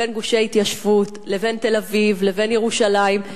לבין גושי ההתיישבות לבין תל-אביב לבין ירושלים,